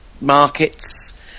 Markets